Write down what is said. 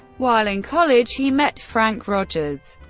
while in college, he met frank rogers,